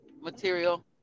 material